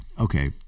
Okay